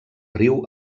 riu